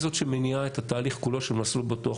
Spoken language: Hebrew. זאת שמניעה את התהליך כולו של "מסלול בטוח".